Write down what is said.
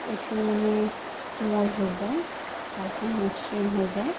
অতি মানে কোমল হৈ যায় ছালখন মসৃণ হৈ যায়